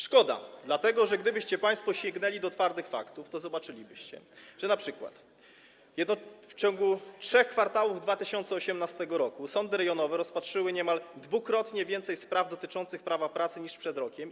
Szkoda, dlatego że gdybyście państwo sięgnęli do twardych faktów, to zobaczylibyście, że np. w ciągu trzech kwartałów 2018 r. sądy rejonowe rozpatrzyły niemal dwukrotnie więcej spraw dotyczących prawa pracy niż przed rokiem.